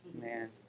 Man